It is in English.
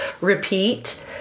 repeat